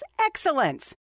excellence